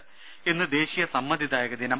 ദേഴ ഇന്ന് ദേശീയ സമ്മതിദായക ദിനം